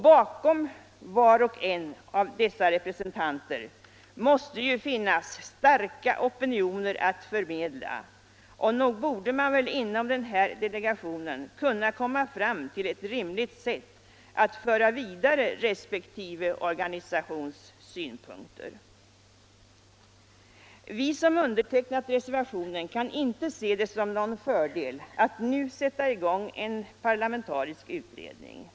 Bakom var och en av dessa representanter måste det ju finnas starka opinioner att förmedla. Nog borde man väl inom den här delegationen kunna komma fram till ett rimligt sätt att föra vidare resp. organisations synpunkter. Vi som undertecknat reservationen kan inte se det som någon fördel att nu sätta i gång en parlamentarisk utredning.